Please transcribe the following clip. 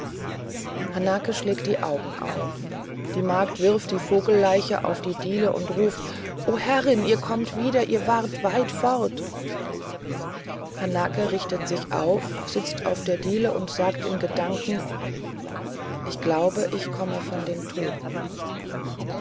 hanake schlägt die augen auf die magd wirft die vogelleiche auf die diele und ruft o herrin ihr kommt wieder ihr wart weit fort hanake richtet sich auf sitzt auf der diele und sagt in gedanken ich glaube ich komme von den toten